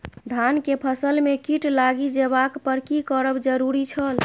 धान के फसल में कीट लागि जेबाक पर की करब जरुरी छल?